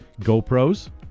gopros